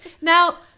now